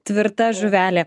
tvirta žuvelė